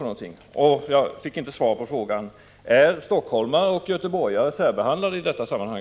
Jag fick inte svar på min fråga: Är stockholmare och göteborgare särbehandlade i detta sammanhang?